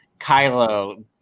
Kylo